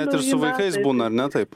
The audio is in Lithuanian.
net ir su vaikais būna ar ne taip